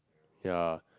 ya